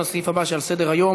לסעיף הבא שעל סדר-היום: